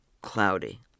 cloudy